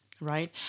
right